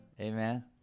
Amen